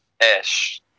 esh